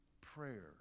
prayer